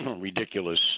ridiculous